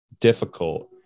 difficult